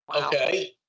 Okay